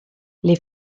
les